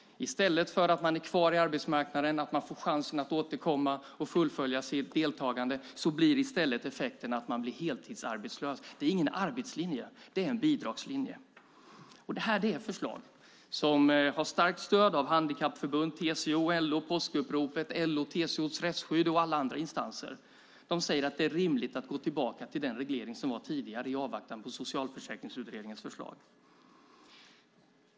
I stället för att människor är kvar på arbetsmarknaden och får chansen att återkomma och fullfölja sitt deltagande blir effekten att de blir heltidsarbetslösa. Det är ingen arbetslinje. Det är en bidragslinje. Detta är förslag som har starkt stöd av handikappförbund, TCO, LO, påskuppropet, LO-TCO Rättsskydd och alla andra instanser. De säger att det är rimligt att gå tillbaka till den reglering som var tidigare i avvaktan på Socialförsäkringsutredningens förslag.